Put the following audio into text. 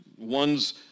One's